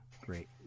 Great